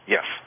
Yes